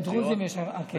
לדרוזים יש, כן.